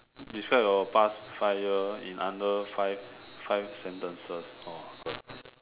describe your past five years in under five five sentences or